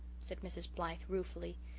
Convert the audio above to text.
said mrs. blythe ruefully.